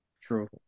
true